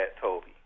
Toby